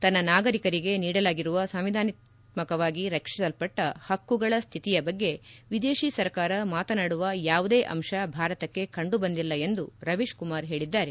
ತನ್ನ ನಾಗರಿಕರಿಗೆ ನೀಡಲಾಗಿರುವ ಸಂವಿಧಾನಾತ್ಮಕವಾಗಿ ರಕ್ಷಿಸಲ್ಪಟ್ಟ ಪಕ್ಕುಗಳ ಸ್ಥಿತಿಯ ಬಗ್ಗೆ ವಿದೇಶಿ ಸರ್ಕಾರ ಮಾತನಾಡುವ ಯಾವುದೇ ಅಂಶ ಭಾರತಕ್ಕೆ ಕಂಡು ಬಂದಿಲ್ಲ ಎಂದು ರವೀಶ್ಕುಮಾರ್ ಹೇಳಿದ್ದಾರೆ